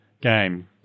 game